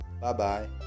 Bye-bye